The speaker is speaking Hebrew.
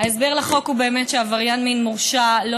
ההסבר לחוק הוא באמת שעבריין מין מורשע לא